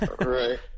right